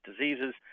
diseases